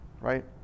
Right